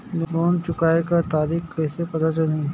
Loan चुकाय कर तारीक कइसे पता चलही?